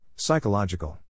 Psychological